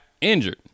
injured